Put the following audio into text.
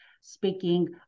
speaking